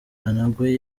anangwe